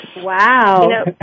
Wow